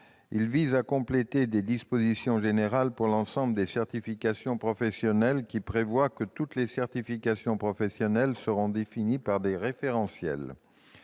visent à compléter des dispositions générales pour l'ensemble des certifications professionnelles qui prévoient que toutes les certifications professionnelles seront définies par des référentiels.